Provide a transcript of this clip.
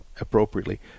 appropriately